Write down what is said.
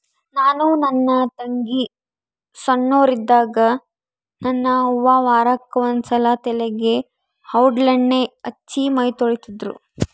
ನಾನು ನನ್ನ ತಂಗಿ ಸೊಣ್ಣೋರಿದ್ದಾಗ ನನ್ನ ಅವ್ವ ವಾರಕ್ಕೆ ಒಂದ್ಸಲ ತಲೆಗೆ ಔಡ್ಲಣ್ಣೆ ಹಚ್ಚಿ ಮೈತೊಳಿತಿದ್ರು